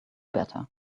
better